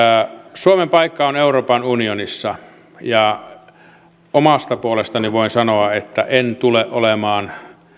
suomen paikka on euroopan unionissa ja omasta puolestani voin sanoa että en tule olemaan